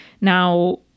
Now